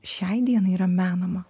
šiai dienai yra menama